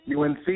UNC